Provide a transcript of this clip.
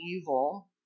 evil